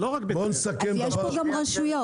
אז יש פה גם רשויות.